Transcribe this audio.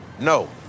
No